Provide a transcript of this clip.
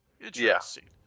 Interesting